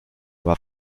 war